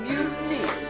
Mutiny